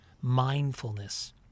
mindfulness